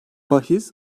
bahis